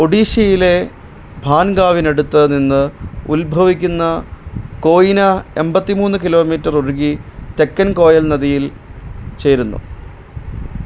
ഒഡീഷയിലെ ഭാൻഗാവിനടുത്ത് നിന്ന് ഉത്ഭവിക്കുന്ന കോയ്ന എൺപത്തി മൂന്ന് കിലോമീറ്റർ ഒഴുകി തെക്കൻ കോയൽ നദിയിൽ ചേരുന്നു